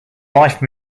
wife